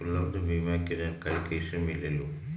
उपलब्ध बीमा के जानकारी कैसे मिलेलु?